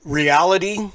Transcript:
reality